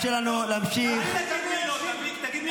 לא סומך: לא על נשיא העליון ולא על השופטים.